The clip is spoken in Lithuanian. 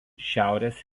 šiaurės